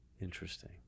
Interesting